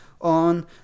on